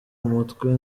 umutwe